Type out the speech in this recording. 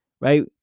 right